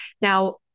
now